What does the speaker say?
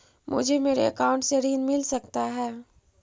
मुझे मेरे अकाउंट से ऋण मिल सकता है?